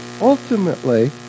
ultimately